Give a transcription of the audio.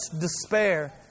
despair